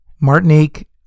Martinique